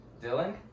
Dylan